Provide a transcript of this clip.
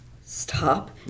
stop